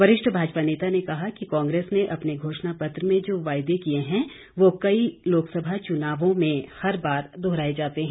वरिष्ठ भाजपा नेता ने कहा कि कांग्रेस ने अपने घोषणा पत्र में जो वायदे किए हैं वो कई लोकसभा चुनावों में हर बार दोहराये जाते हैं